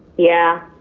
yeah.